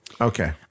Okay